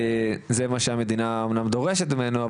זה מה שהמדינה אמנם דורשת ממנו,